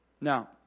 Now